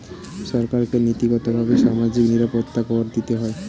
সরকারকে নীতিগতভাবে সামাজিক নিরাপত্তা কর দিতে হয়